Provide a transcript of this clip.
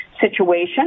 situation